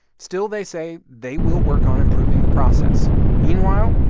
still, they say they will work on improving the process. meanwhile,